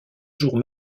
jours